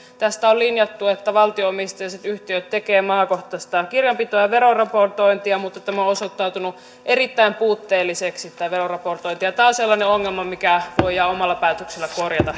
tästä on linjattu että valtio omisteiset yhtiöt tekevät maakohtaista kirjanpitoa ja veroraportointia mutta tämä veroraportointi on osoittautunut erittäin puutteelliseksi tämä on sellainen ongelma mikä voidaan omalla päätöksellä korjata